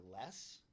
less